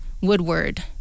Woodward